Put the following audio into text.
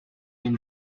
been